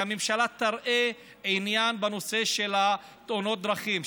שהממשלה תראה עניין בנושא של תאונות הדרכים,